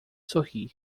sorri